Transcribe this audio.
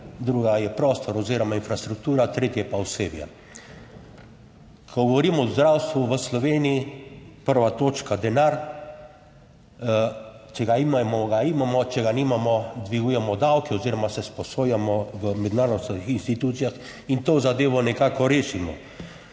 druga je prostor oziroma infrastruktura, tretje pa osebje. Ko govorimo o zdravstvu v Sloveniji, 1. točka, denar, če ga imamo, ga imamo, če ga nimamo dvigujemo davke oziroma si sposojamo v mednarodnih institucijah in to zadevo nekako rešimo.